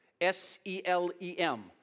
s-e-l-e-m